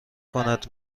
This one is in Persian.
کند